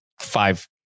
five